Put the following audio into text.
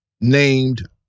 named